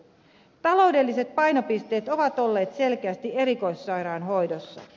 taloudelliset painopisteet ovat olleet selkeästi erikoissairaanhoidossa